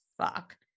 fuck